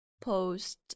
post